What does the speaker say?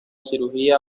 cirugía